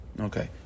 Okay